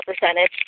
percentage